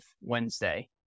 Wednesday